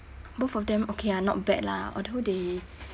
both of them okay ah not bad lah although they